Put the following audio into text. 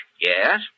Yes